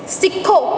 ਸਿੱਖੋ